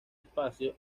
espacio